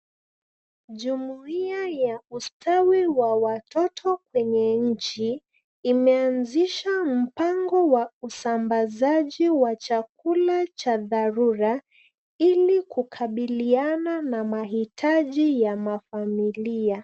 Jumuiya ya ustawi wa watoto kwenye nchi imeanzisha mpango wa usambazaji wa chakula cha dharura ili kukabiliana na mahitaji ya mafamilia.